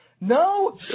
No